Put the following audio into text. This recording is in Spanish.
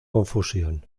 confusión